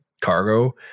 cargo